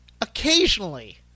occasionally